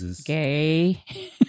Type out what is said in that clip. Gay